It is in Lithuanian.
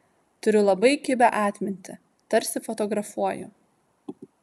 turiu labai kibią atmintį tarsi fotografuoju